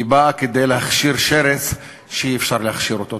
היא באה כדי להכשיר שרץ שאי-אפשר להכשיר אותו.